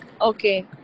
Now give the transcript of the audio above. Okay